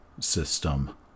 system